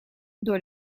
door